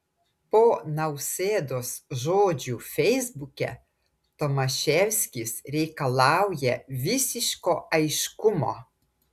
po nausėdos žodžių feisbuke tomaševskis reikalauja visiško aiškumo